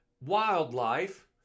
wildlife